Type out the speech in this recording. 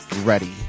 ready